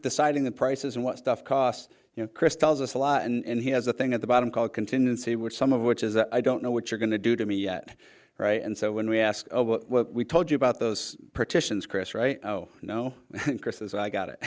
deciding the prices and what stuff costs you know chris tells us a lot and he has a thing at the bottom called contingency which some of which is that i don't know what you're going to do to me yet right and so when we asked we told you about those partitions chris right oh no as i got it